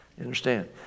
understand